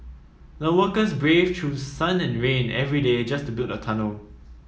the workers braved through sun and rain every day just to build the tunnel